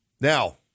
Now